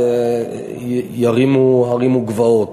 אז ירימו הרים וגבעות,